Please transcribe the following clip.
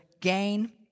gain